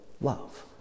love